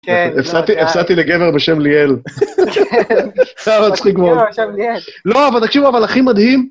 כן. הפסדתי לגבר בשם ליאל. כן. זה היה מצחיק מאוד. בשם ליאל. לא, אבל תקשיבו, אבל הכי מדהים...